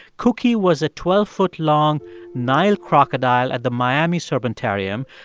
cookie was a twelve foot long nile crocodile at the miami serpentarium.